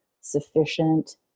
sufficient